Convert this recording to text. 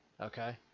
okay